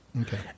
Okay